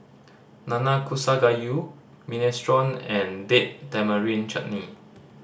Nanakusa Gayu Minestrone and Date Tamarind Chutney